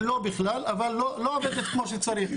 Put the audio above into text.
לא בכלל, אבל לא עובדת כמו שצריך.